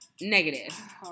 negative